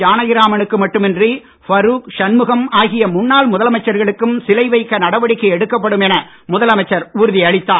ஜானகிராமனுக்கு மட்டுமின்றி பரூக் ஷண்முகம் ஆகிய முன்னாள் முதலமைச்சர்களுக்கும் சிலை வைக்க நடவடிக்கை எடுக்கப்படும் என முதலமைச்சர் உறுதியளித்தார்